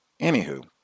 Anywho